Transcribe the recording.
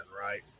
right